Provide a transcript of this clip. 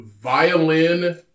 violin